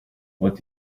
what